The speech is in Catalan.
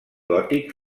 gòtic